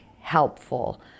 helpful